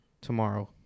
tomorrow